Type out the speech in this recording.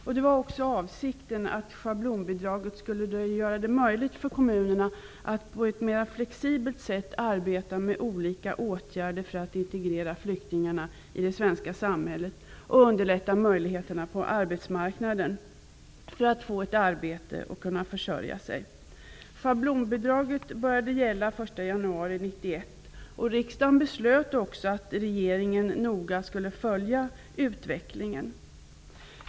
Avsikten var också att schablonbidraget skulle göra det möjligt för kommunerna att på ett mer flexibelt sätt arbeta med olika åtgärder för att integrera flyktingarna i det svenska samhället och underlätta möjligheterna att få ett arbete och kunna försörja sig. Riksdagen beslöt att regeringen noga skulle följa utvecklingen.